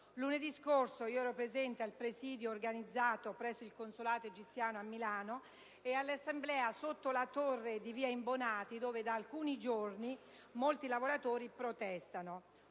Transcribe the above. Lunedì scorso io ero presente al presidio organizzato presso il consolato egiziano a Milano e all'assemblea sotto la torre di via Imbonati, dove da alcuni giorni molti lavoratori protestano.